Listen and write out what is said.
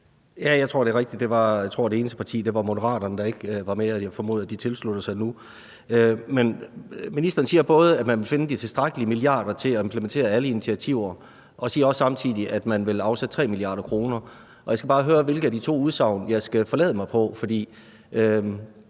Jeg tror, det er rigtigt, at det eneste parti, der ikke var med, var Moderaterne, og jeg formoder, at de tilslutter sig nu. Men ministeren siger både, at man vil finde det tilstrækkelige antal milliarder til at implementere alle initiativer, og siger også samtidig, at man vil afsætte 3 mia. kr., og jeg skal bare høre, hvilke af de to udsagn jeg skal forlade mig på.